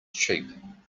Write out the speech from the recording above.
cheap